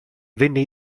venne